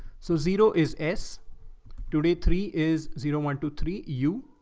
so zero is s two day three is zero one, two, three. you,